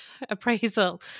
appraisal